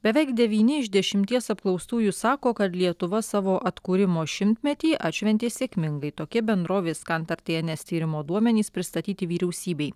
beveik devyni iš dešimties apklaustųjų sako kad lietuva savo atkūrimo šimtmetį atšventė sėkmingai tokie bendrovės kantar tns tyrimo duomenys pristatyti vyriausybei